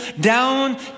down